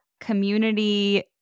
community